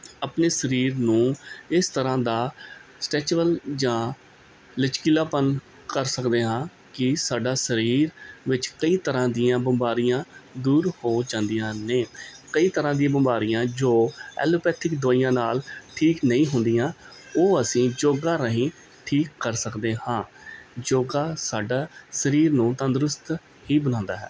ਆਪਣੇ ਸਰੀਰ ਨੂੰ ਇਸ ਤਰ੍ਹਾਂ ਦਾ ਸਟੈਚੇਵਲ ਜਾਂ ਲਚਕੀਲਾਪਣ ਕਰ ਸਕਦੇ ਹਾਂ ਕਿ ਸਾਡੇ ਸਰੀਰ ਵਿੱਚ ਕਈ ਤਰ੍ਹਾਂ ਦੀਆਂ ਬਿਮਾਰੀਆਂ ਦੂਰ ਹੋ ਜਾਂਦੀਆਂ ਨੇ ਕਈ ਤਰ੍ਹਾਂ ਦੀ ਬਿਮਾਰੀਆਂ ਜੋ ਐਲੋਪੈਥਿਕ ਦਵਾਈਆਂ ਨਾਲ ਠੀਕ ਨਹੀਂ ਹੁੰਦੀਆਂ ਉਹ ਅਸੀਂ ਯੋਗਾ ਰਾਹੀਂ ਠੀਕ ਕਰ ਸਕਦੇ ਹਾਂ ਯੋਗਾ ਸਾਡੇ ਸਰੀਰ ਨੂੰ ਤੰਦਰੁਸਤ ਹੀ ਬਣਾਉਂਦਾ ਹੈ